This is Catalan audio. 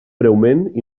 breument